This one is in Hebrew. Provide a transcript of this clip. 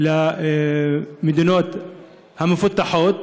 במדינות המפותחות.